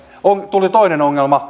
tuli toinen ongelma